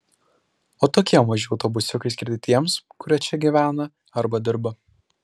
o tokie maži autobusiukai skirti tiems kurie čia gyvena arba dirba